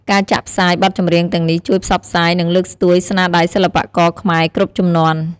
ការចាក់ផ្សាយបទចម្រៀងទាំងនេះជួយផ្សព្វផ្សាយ និងលើកស្ទួយស្នាដៃសិល្បករខ្មែរគ្រប់ជំនាន់។